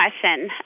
question